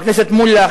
חבר הכנסת מולה,